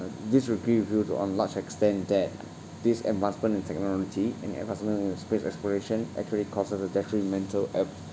disagree with you to on large extend that these advancement in technology and advancement in the space exploration actually causes a detrimental e~